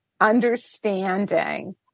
understanding